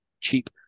cheap